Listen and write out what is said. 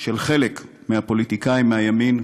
של חלק מהפוליטיקאים מהימין,